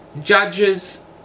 judges